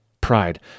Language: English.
Pride